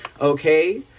okay